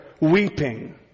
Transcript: weeping